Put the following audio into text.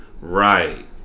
Right